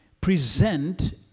present